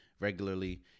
Regularly